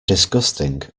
disgusting